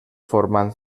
formant